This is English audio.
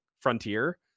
frontier